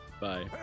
bye